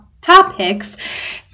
topics